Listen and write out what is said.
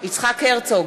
יצחק הרצוג,